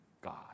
God